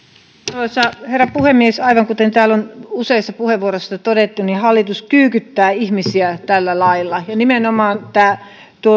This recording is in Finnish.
arvoisa herra puhemies aivan kuten täällä on useissa puheenvuoroissa todettu hallitus kyykyttää ihmisiä tällä lailla nimenomaan